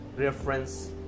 reference